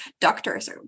doctors